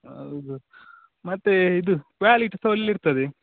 ಹೌದು ಮತ್ತೇ ಇದು ಕ್ವಾಲಿಟಿ ಸಹ ಒಳ್ಳೆ ಇರ್ತದೆ